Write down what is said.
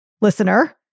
listener